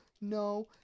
no